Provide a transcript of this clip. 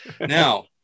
Now